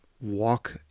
walk